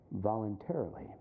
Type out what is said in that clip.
voluntarily